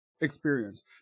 experience